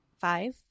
five